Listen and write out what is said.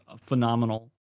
phenomenal